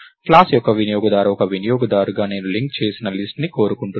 class యొక్క వినియోగదారు ఒక వినియోగదారుగా నేను లింక్ చేసిన లిస్ట్ ను కోరుకుంటున్నాను